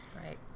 Right